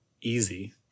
easy